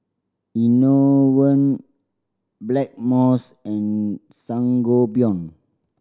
Enervon Blackmores and Sangobion